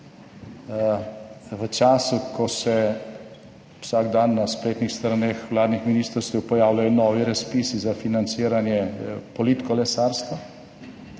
v času, ko se vsak dan na spletnih straneh vladnih ministrstev pojavljajo novi razpisi za financiranje, politiko lesarstva,